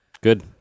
Good